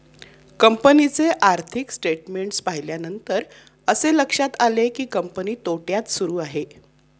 कंपनीचे आर्थिक स्टेटमेंट्स पाहिल्यानंतर असे लक्षात आले की, कंपनी तोट्यात सुरू आहे